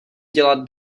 dělat